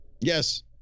Yes